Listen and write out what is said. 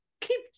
keep